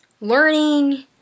learning